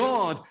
God